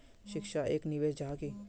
शिक्षा एक निवेश जाहा की?